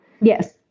Yes